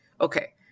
Okay